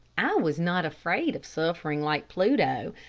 i was not afraid of suffering like pluto,